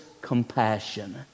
compassion